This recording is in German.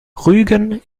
rügen